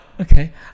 okay